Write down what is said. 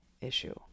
issue